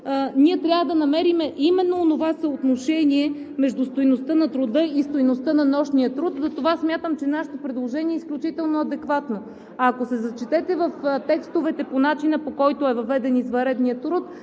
ние трябва да намерим именно онова съотношение между стойността на труда и стойността на нощния труд. Затова смятам, че нашето предложение е изключително адекватно. Ако се зачетете в текстовете по начина, по който е въведен извънредният труд,